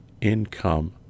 income